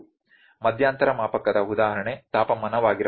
ಮಧ್ಯಂತರ ಮಾಪಕದ ಉದಾಹರಣೆ ತಾಪಮಾನವಾಗಿರಬಹುದು